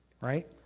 right